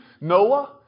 Noah